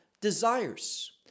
desires